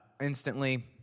instantly